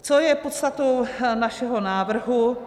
Co je podstatou našeho návrhu?